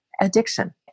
addiction